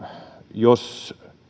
jos